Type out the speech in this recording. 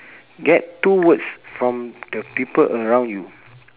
get two words from the people around you